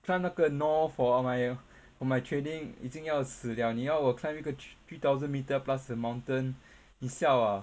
在那个 amaya for my training 已经要死 liao 你要我一个 three thousand metre plus 的 mountain 你 siao ah